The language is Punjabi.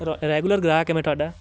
ਰ ਰੈਗੂਲਰ ਗ੍ਰਾਹਕ ਹੈ ਮੈਂ ਤੁਹਾਡਾ